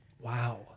wow